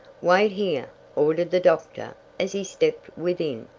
wait here, ordered the doctor as he stepped within.